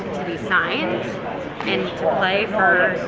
to be signed and to play for